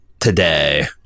today